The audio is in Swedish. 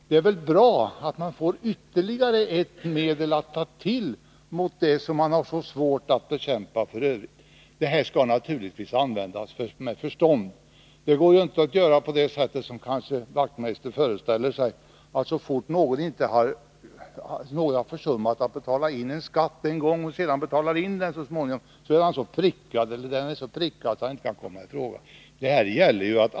Det är väl dessutom bra att man får ytterligare ett medel att ta till mot den här brottsligheten, som är så svår att bekämpa. Möjligheten att återkalla tillståndet skall naturligtvis användas med förstånd. Det får inte gå till så som Knut Wachtmeister kanske föreställer sig, att den som har försummat att betala en skatt, men så småningom betalar in den, omedelbart skall betraktas som ”prickad” när det gäller att korama i fråga för serveringstillstånd.